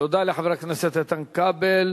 תודה לחבר הכנסת איתן כבל.